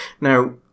Now